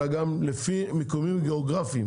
אלא גם לפי מיקומים גיאוגרפיים.